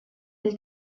ell